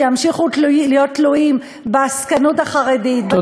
שימשיכו להיות תלויים בעסקנות החרדית,